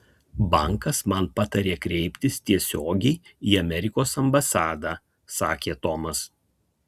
bankas man patarė kreiptis tiesiogiai į amerikos ambasadą sakė tomas